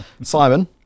Simon